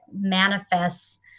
manifests